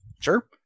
sure